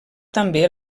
també